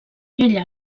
ella